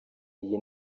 iyi